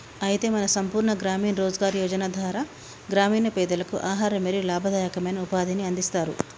అయితే మన సంపూర్ణ గ్రామీణ రోజ్గార్ యోజన ధార గ్రామీణ పెదలకు ఆహారం మరియు లాభదాయకమైన ఉపాధిని అందిస్తారు